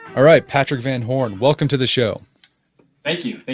all right, patrick van horne, welcome to the show thank you,